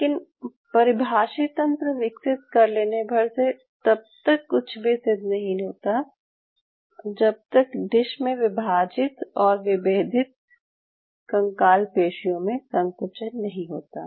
लेकिन परिभाषित तंत्र विकसित कर लेने भर से तब तक कुछ भी सिद्ध नहीं होता जब तक डिश में विभाजित और विभेदित कंकाल पेशियाँ में संकुचन नहीं होता